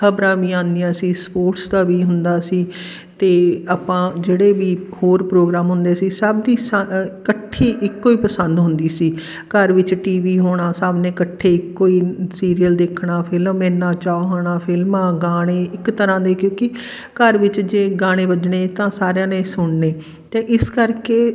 ਖਬਰਾਂ ਵੀ ਆਉਂਦੀਆਂ ਸੀ ਸਪੋਰਟਸ ਦਾ ਵੀ ਹੁੰਦਾ ਸੀ ਅਤੇ ਆਪਾਂ ਜਿਹੜੇ ਵੀ ਹੋਰ ਪ੍ਰੋਗਰਾਮ ਹੁੰਦੇ ਸੀ ਸਭ ਦੀ ਸਾ ਅ ਇਕੱਠੀ ਇੱਕੋ ਹੀ ਪਸੰਦ ਹੁੰਦੀ ਸੀ ਘਰ ਵਿੱਚ ਟੀ ਵੀ ਹੋਣਾ ਸਾਹਮਣੇ ਇਕੱਠੇ ਇੱਕੋ ਹੀ ਸੀਰੀਅਲ ਦੇਖਣਾ ਫਿਲਮ ਇੰਨਾ ਚਾਅ ਹੋਣਾ ਫਿਲਮਾਂ ਗਾਣੇ ਇੱਕ ਤਰ੍ਹਾਂ ਦੇ ਕਿਉਂਕਿ ਘਰ ਵਿੱਚ ਜੇ ਗਾਣੇ ਵੱਜਣੇ ਤਾਂ ਸਾਰਿਆਂ ਨੇ ਸੁਣਨੇ ਅਤੇ ਇਸ ਕਰਕੇ